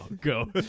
go